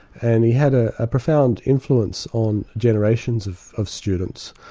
and he had a ah profound influence on generations of of students,